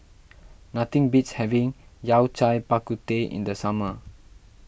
nothing beats having Yao Cai Bak Kut Teh in the summer